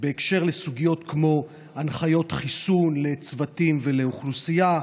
בהקשר של סוגיות כמו הנחיות חיסון לצוותים ולאוכלוסייה,